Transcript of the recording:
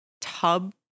tub